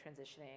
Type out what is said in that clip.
transitioning